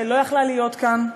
שלא הייתה יכולה להיות כאן,